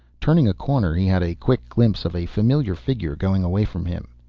turning a corner he had a quick glimpse of a familiar figure going away from him.